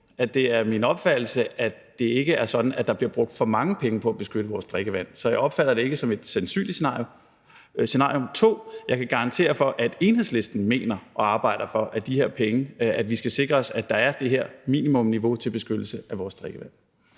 Det er min opfattelse, at det ikke er sådan, at der bliver brugt for mange penge på at beskytte vores drikkevand. Så jeg opfatter det ikke som et sandsynligt scenarie. 2) Jeg kan garantere for, at Enhedslisten mener og arbejder for, at vi i forhold til de her penge skal sikre os, at der er det her minimumsniveau til beskyttelse af vores drikkevand.